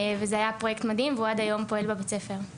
הוא פרויקט מדהים ופועל בבית הספר עד היום.